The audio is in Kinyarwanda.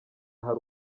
hari